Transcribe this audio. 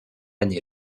année